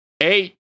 Eight